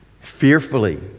fearfully